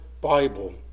Bible